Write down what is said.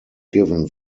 given